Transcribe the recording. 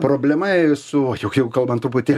problema su juk jeigu kalbant truputėlį